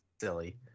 silly